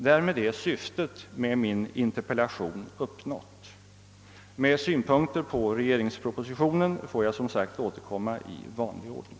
Därmed är syftet med min interpellation uppnått. Med synpunkter på regeringspropositionen får jag som sagt återkomma i vanlig ordning.